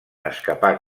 escapar